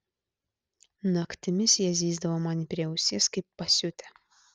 naktimis jie zyzdavo man prie ausies kaip pasiutę